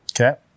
Okay